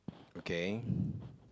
okay